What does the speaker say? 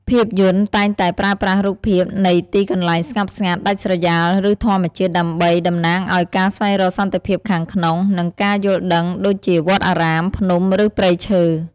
ភាពយន្តតែងតែប្រើប្រាស់រូបភាពនៃទីកន្លែងស្ងប់ស្ងាត់ ដាច់ស្រយាល ឬធម្មជាតិ ដើម្បីតំណាងឱ្យការស្វែងរកសន្តិភាពខាងក្នុង និងការយល់ដឹងដូចជាវត្តអារាម ភ្នំ ឬព្រៃឈើ។